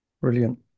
brilliant